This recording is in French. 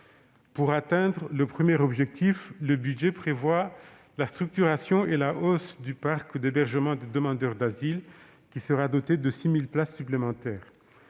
Pour atteindre le premier objectif, le budget prévoit la structuration et la hausse du parc d'hébergement des demandeurs d'asile, qui sera doté de 6 000 places supplémentaires.